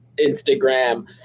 Instagram